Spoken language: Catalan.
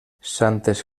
santes